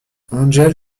angel